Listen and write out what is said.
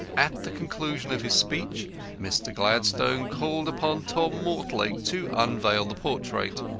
at the conclusion of his speech mr. gladstone called upon tom mortlake to unveil the portrait.